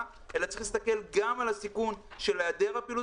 אלא צריך להסתכל גם על הסיכון של היעדר הפעילות